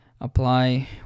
apply